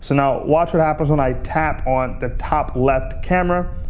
you know watch what happens when i tap on the top left camera.